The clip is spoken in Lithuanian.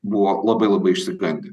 buvo labai labai išsigandę